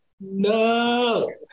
No